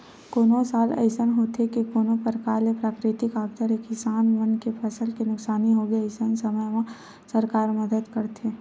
कोनो साल अइसन होथे के कोनो परकार ले प्राकृतिक आपदा ले किसान मन के फसल के नुकसानी होगे अइसन समे म सरकार मदद करथे